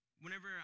whenever